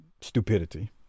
stupidity